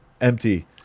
empty